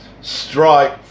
strike